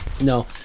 No